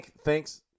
thanks